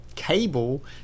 cable